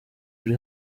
ruri